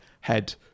Head